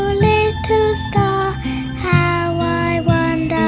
star how i